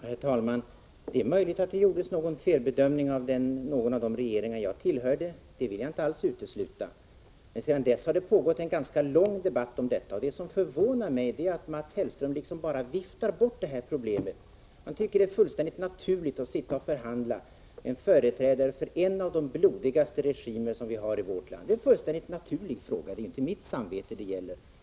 Herr talman! Det är möjligt att det gjordes någon felbedömning av någon av de regeringar jag tillhörde — det vill jag inte alls utesluta. Men sedan dess har det pågått en lång debatt om detta, och det som förvånar mig är att Mats Hellström liksom bara viftar bort problemet. Han tycker det är fullständigt naturligt att sitta och förhandla med en företrädare för en av de blodigaste regimer som finns. Det var en fullständigt naturlig fråga, det är inte mitt samvete det gäller.